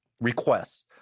requests